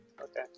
Okay